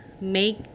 make